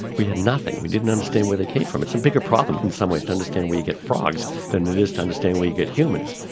we had nothing, we didn't understand where they came from. it's a bigger problem in some ways to understand where you get frogs than it is to understand where you get humans.